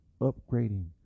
upgrading